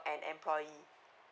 and employee